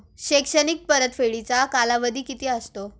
शैक्षणिक परतफेडीचा कालावधी किती असतो?